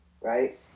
right